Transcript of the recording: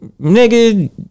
nigga